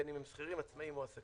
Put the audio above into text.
בין אם הם שכירים, עצמאים או עסקים.